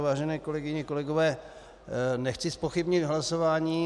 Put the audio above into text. Vážené kolegyně, kolegové, nechci zpochybnit hlasování.